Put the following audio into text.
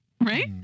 right